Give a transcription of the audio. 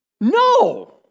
No